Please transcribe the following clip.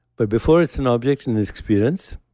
but before it's an object in this experience,